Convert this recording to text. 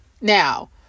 Now